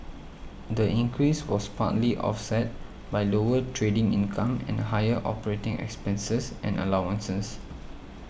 the increase was partly offset by lower trading income and higher operating expenses and allowances